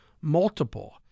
multiple